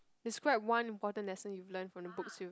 describe one important lesson you've learn from the books you